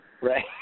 right